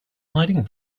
hiding